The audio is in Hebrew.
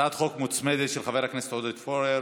הצעת חוק מוצמדת, של חבר הכנסת עודד פורר.